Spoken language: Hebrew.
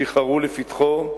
שיחרו לפתחו,